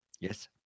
Yes